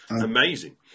amazing